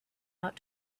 out